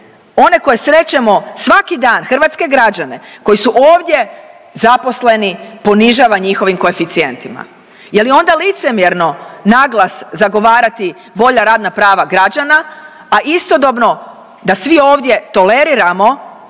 one koje srećemo svaki dan, hrvatske građane koji su ovdje zaposleni, ponižava njihovim koeficijentima. Je li onda licemjerno naglas zagovarati bolja radna prava građana, a istodobno da svi ovdje toleriramo